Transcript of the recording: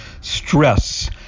stress